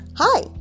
Hi